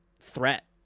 threat